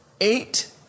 eight